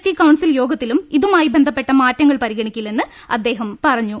T council യോഗത്തിലും ഇതുമായി ബന്ധപ്പെട്ട മാറ്റങ്ങൾ പരി ഗണിക്കില്ലെന്ന് അദ്ദേഹം പറഞ്ഞു